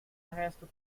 arresto